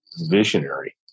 visionary